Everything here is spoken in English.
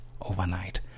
overnight